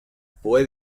fue